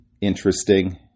interesting